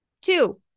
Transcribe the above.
Two